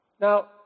Now